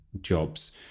jobs